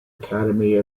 academy